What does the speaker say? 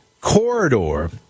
corridor